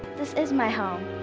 this is my home.